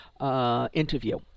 interview